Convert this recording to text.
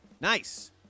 nice